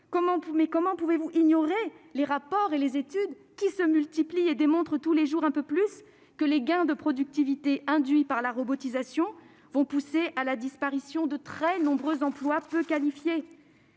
mais comment pouvez-vous ignorer les rapports et les études qui se multiplient et qui démontrent tous les jours un peu plus que les gains de productivité induits par la robotisation vont pousser à la disparition de très nombreux emplois peu qualifiés ?